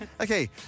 Okay